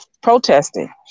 protesting